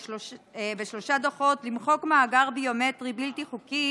בשלושה דוחות למחוק מאגר ביומטרי בלתי חוקי